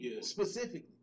Specifically